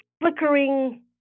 flickering